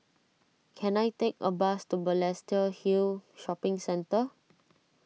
can I take a bus to Balestier Hill Shopping Centre